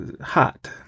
hot